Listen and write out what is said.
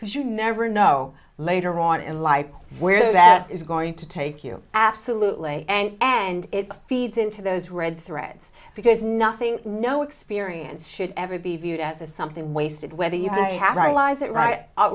because you never know later on in life where that is going to take you absolutely and it feeds into those red threads because nothing no experience should ever be viewed as a something wasted whether you realize it right